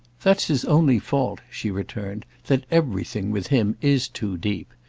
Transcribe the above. that's his only fault, she returned that everything, with him, is too deep.